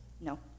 No